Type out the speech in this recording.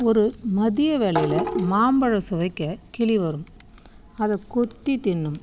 ஒரு மதிய வேளையில் மாம்பழம் சுவைக்க கிளி வரும் அதை கொத்தி தின்னும்